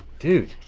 dude.